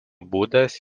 būdas